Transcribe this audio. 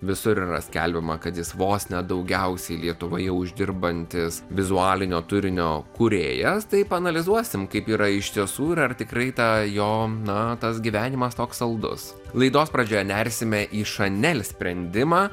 visur yra skelbiama kad jis vos ne daugiausiai lietuvoje uždirbantis vizualinio turinio kūrėjas tai paanalizuosim kaip yra iš tiesų ir ar tikrai ta jo na tas gyvenimas toks saldus laidos pradžioje nersime į šanel sprendimą